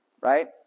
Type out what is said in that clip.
right